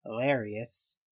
Hilarious